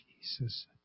Jesus